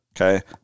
okay